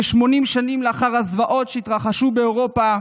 כ-80 שנים לאחר הזוועות שהתרחשו באירופה,